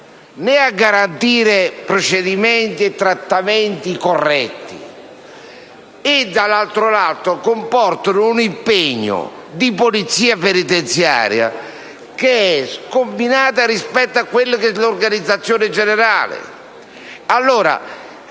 a garantire procedimenti e trattamenti corretti e, dall'altro lato, comportano un impegno di Polizia penitenziaria che è scombinato rispetto all'organizzazione generale.